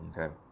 Okay